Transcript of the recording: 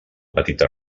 petita